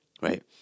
Right